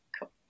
cool